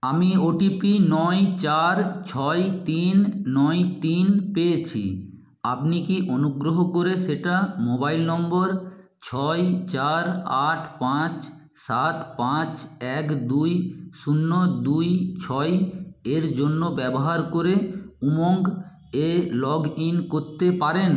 আমি O T P নয় চার ছয় তিন নয় তিন পেয়েছি আপনি কি অনুগ্রহ করে সেটা মোবাইল নম্বর ছয় চার আট পাঁচ সাত পাঁচ এক দুই শূন্য দুই ছয় এর জন্য ব্যবহার করে উমঙ্গ এ লগ ইন করতে পারেন